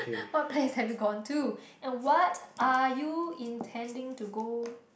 what plays have you gone to and what are you intending to go